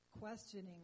questioning